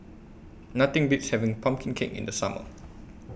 Nothing Beats having Pumpkin Cake in The Summer